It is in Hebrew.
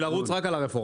שם רק רצים עם הרפורמה.